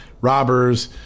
robbers